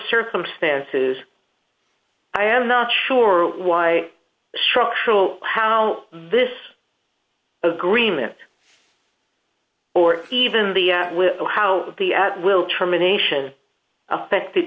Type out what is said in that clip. circumstances i am not sure why structural how this agreement or even the little how the at will terminations affected